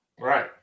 Right